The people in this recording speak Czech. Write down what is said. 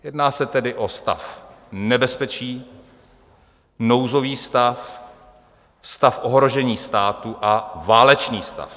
Jedná se tedy o stav nebezpečí, nouzový stav, stav ohrožení státu a válečný stav.